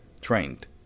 trained